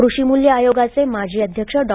कृषिमूल्य आयोगाचे माजी अध्यक्ष डॉ